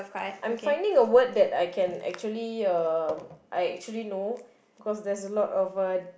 I'm finding a word that I can actually um I actually know cause there's a lot of uh